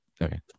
okay